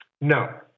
No